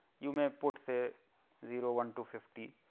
you may put say zero, one to fifty.